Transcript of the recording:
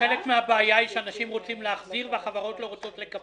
אחת הבעיות היא שאנשים רוצים להחזיר והחברות לא רוצות לקבל.